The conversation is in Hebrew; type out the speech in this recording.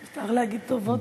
מותר להגיד טובות בלי להתחנף.